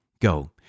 Go